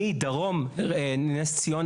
מדרום נס ציונה,